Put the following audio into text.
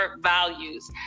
values